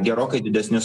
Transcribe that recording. gerokai didesnius